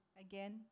Again